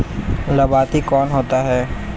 लाभार्थी कौन होता है?